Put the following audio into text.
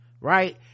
Right